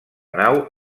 nau